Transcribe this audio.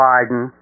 Biden